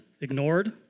ignored